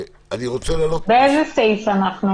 מה שדיברנו